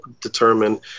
determine